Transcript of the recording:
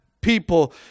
people